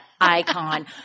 icon